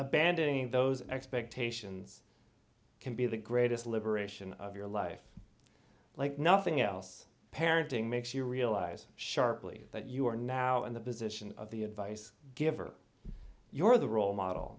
abandoning those expectations can be the greatest liberation of your life like nothing else parenting makes you realize sharply that you are now in the position of the advice giver your the role model